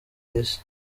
isi